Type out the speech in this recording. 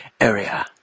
area